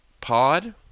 pod